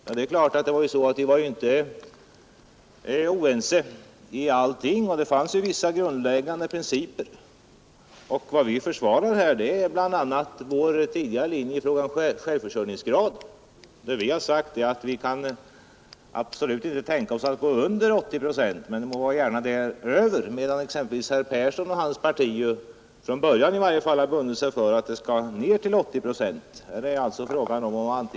Men vi var ju den gången inte oense om allting, utan vissa grundläggande principer omfattades av alla. Vad vi här försvarar är bl.a. vår tidigare linje i fråga om självförsörjningsgraden. Vi har sagt att vi absolut inte kan tänka oss att gå under 80 procent men gärna över, medan exempelvis herr Persson och hans parti från början har bundit sig för att 80 procent skall vara en övre gräns.